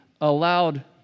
allowed